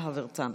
להב הרצנו.